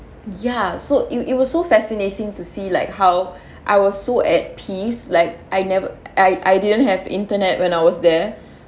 ya so it was it was so fascinating to see like how I was so at peace like I never I I didn't have internet when I was there